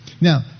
Now